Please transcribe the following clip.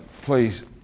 please